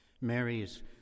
Mary's